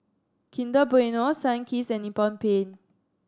Kinder Bueno Sunkist and Nippon Paint